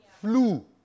Flu